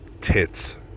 tits